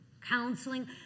counseling